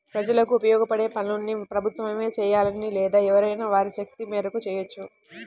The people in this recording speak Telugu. ప్రజలకు ఉపయోగపడే పనుల్ని ప్రభుత్వమే జెయ్యాలని లేదు ఎవరైనా వారి శక్తి మేరకు చెయ్యొచ్చు